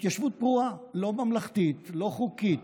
התיישבות פרועה, לא ממלכתית, לא חוקית,